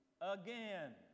again